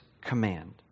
command